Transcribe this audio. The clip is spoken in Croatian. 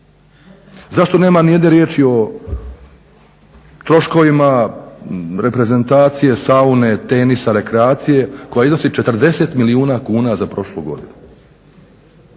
Zašto nema nijedne riječi o troškovima reprezentacije, saune, tenisa, rekreacije koja iznosi 40 milijuna kuna za prošlu godinu